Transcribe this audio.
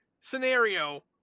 scenario